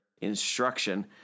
instruction